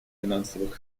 финансовых